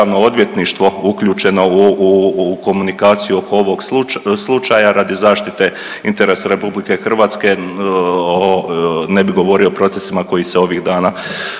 uključeno u komunikaciju oko ovog slučaja radi zaštite interesa RH ne bi govorio o procesima koji se ovih dana vode